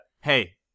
Hey